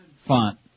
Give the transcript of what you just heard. font